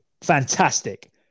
fantastic